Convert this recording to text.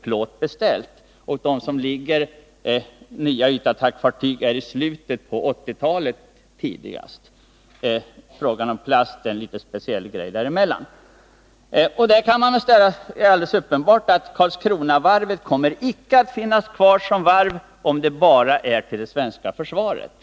De beställningar som gäller nya ytattackfartyg är aktuella tidigast i slutet av 1980-talet. Här kan man säga att det är alldeles uppenbart att Karlskronavarvet icke kommer att finnas kvar som varv om man bara har beställningar från det svenska försvaret.